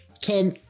Tom